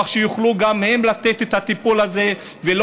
כך שגם הם יוכלו לתת את הטיפול הזה ולא